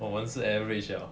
我们是 average liao